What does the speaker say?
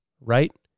right